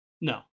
No